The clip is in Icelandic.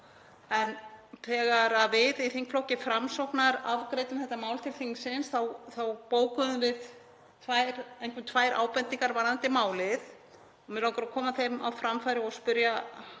Þegar við í þingflokki Framsóknar afgreiddum þetta mál til þingsins þá bókuðum við einkum tvær ábendingar varðandi málið og mig langar að koma þeim á framfæri og spyrja